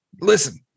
Listen